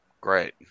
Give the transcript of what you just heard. great